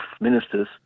ministers